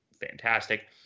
fantastic